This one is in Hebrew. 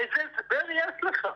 איזה הסבר יש לך?